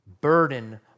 burden